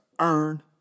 earn